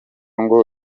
ngo